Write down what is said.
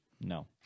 No